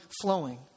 flowing